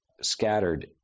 scattered